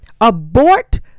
abort